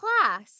class